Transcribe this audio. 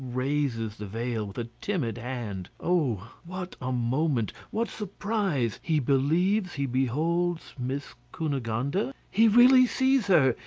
raises the veil with a timid hand. oh! what a moment! what surprise! he believes he beholds miss cunegonde? and he really sees her!